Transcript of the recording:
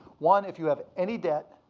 one, if you have any debt,